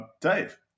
Dave